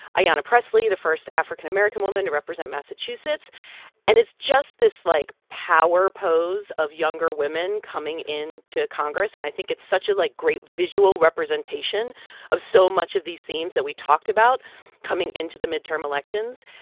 ayanna pressley, the first african-american woman to represent massachusetts and it's just this, like, power pose of younger women coming into congress. and i think it's such a, like, great visual representation of so much of these themes that we talked about coming into the midterm elections.